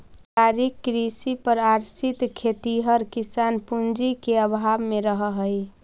पारिवारिक कृषि पर आश्रित खेतिहर किसान पूँजी के अभाव में रहऽ हइ